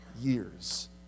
years